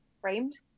framed